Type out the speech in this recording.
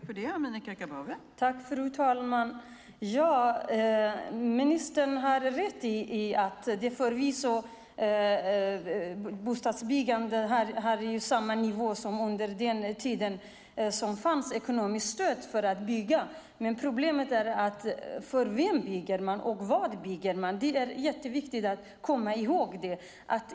Fru talman! Ministern har rätt i att bostadsbyggandet är på samma nivå som när det fanns ekonomiskt stöd för att bygga. Problemet är: För vem bygger man, och vad bygger man? Det är viktigt att komma ihåg det.